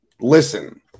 Listen